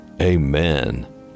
Amen